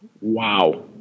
Wow